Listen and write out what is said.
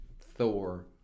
Thor